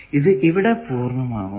ഇത് ഇവിടെ പൂർണമാകുന്നു